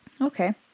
Okay